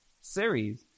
series